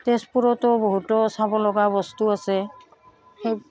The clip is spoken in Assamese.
তেজপুৰতো বহুতো চাব লগা বস্তু আছে সেই